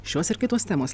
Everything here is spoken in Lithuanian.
šios ir kitos temos